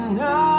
now